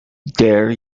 dare